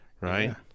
Right